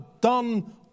done